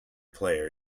player